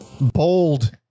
bold